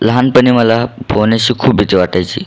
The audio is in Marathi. लहानपणी मला पोहण्याची खूप भीती वाटायची